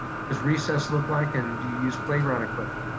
what does recess look like and do you use playground equipment?